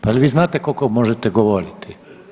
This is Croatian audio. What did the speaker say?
Pa jel vi znate koliko možete govoriti?